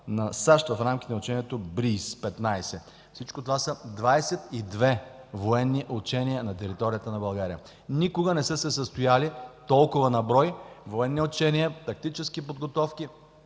на САЩ в рамките на учението „Бриз 15”. Всичко това са 22 военни учения на територията на България. Никога не са състояли толкова на брой военни учения, тактически подготовки